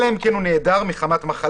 אלא אם כן הוא נעדר מחמת מחלה,